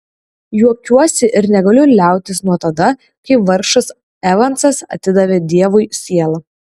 juokiuosi ir negaliu liautis nuo tada kai vargšas evansas atidavė dievui sielą